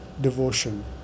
devotion